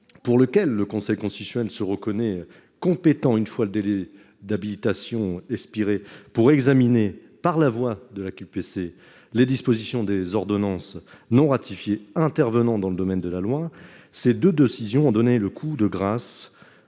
pour lequel le Conseil constitutionnel se reconnaît compétent, une fois le délai d'habilitation expiré pour examiner, par la voix de la QPC les dispositions des ordonnances non ratifié intervenant dans le domaine de la loi, ces 2 décisions ont donné le coup de grâce